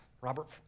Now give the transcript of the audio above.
Robert